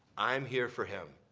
i'm here for him.